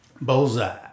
Bullseye